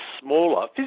smaller